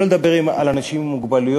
אתה תומך בהתנגדות לא אלימה?